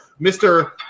Mr